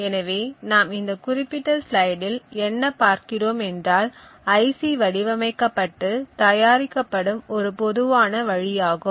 எனவே நாம் இந்த குறிப்பிட்ட ஸ்லைடில் என்ன பார்க்கிறோம் என்றால் ஐசி வடிவமைக்கப்பட்டு தயாரிக்கப்படும் ஒரு பொதுவான வழியாகும்